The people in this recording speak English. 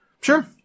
Sure